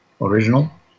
original